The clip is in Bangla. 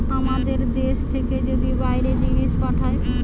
আমাদের দ্যাশ থেকে যদি বাইরে জিনিস পাঠায়